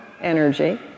energy